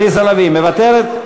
עליזה לביא, מוותרת?